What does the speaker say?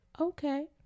okay